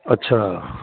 ਅੱਛਿਆ